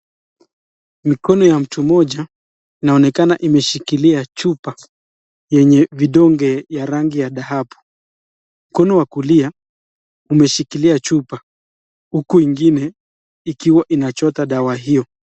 Mikono ya mtu mmoja inaonekana imeshikilia chupa yenye vidonge vya rangi ya dhahabu. Mkono wa kulia umeshikilia chupa, huku ingine ikiwa inachota dawa hiyo.